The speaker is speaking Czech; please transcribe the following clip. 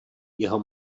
jeho